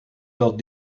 dat